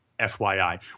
FYI